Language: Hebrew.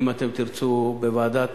אם אתם תרצו בוועדת